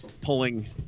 pulling